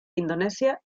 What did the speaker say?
indonesia